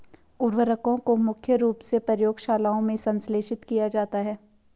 उर्वरकों को मुख्य रूप से प्रयोगशालाओं में संश्लेषित किया जाता है